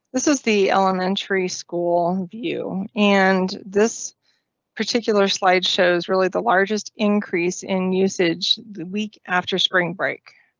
this is the elementary school view, and this particular slide shows really the largest increase in usage the week after spring break.